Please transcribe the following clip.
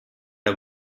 and